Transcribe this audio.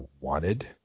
wanted